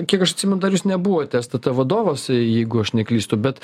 kiek aš atsimenu dar jūs nebuvote stt vadovas jeigu aš neklystu bet